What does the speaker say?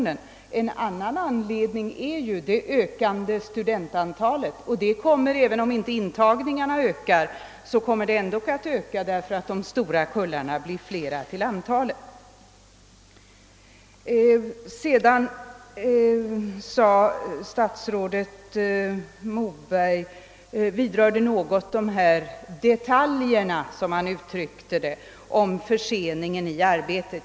En annan anledning är att studentantalet stiger, även om intagningen inte ökar, därför att de större studentkullarna blir flera. Statsrådet Moberg talade om »detaljer» som hade försenat arbetet.